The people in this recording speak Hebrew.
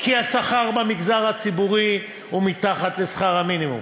כי השכר במגזר הציבורי הוא מתחת לשכר המינימום